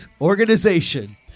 organization